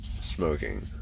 smoking